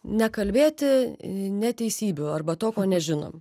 nekalbėti neteisybių arba to ko nežinom